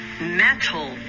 metal